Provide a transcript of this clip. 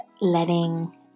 letting